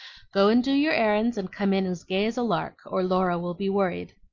go and do your errands, and come in as gay as a lark, or laura will be worried.